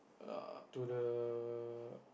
err to the